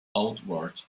outward